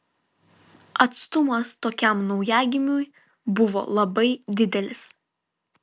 atstumas tokiam naujagimiui buvo labai didelis